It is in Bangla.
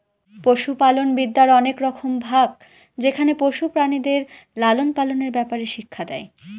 পশুপালনবিদ্যার অনেক রকম ভাগ যেখানে পশু প্রাণীদের লালন পালনের ব্যাপারে শিক্ষা দেয়